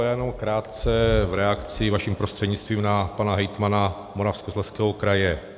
Já jenom krátce v reakci vaším prostřednictvím na pana hejtmana Moravskoslezského kraje.